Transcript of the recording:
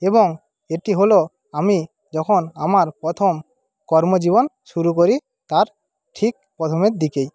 এবং এটি হলো আমি যখন আমার প্রথম কর্মজীবন শুরু করি তার ঠিক প্রথমের দিকেই